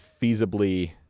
feasibly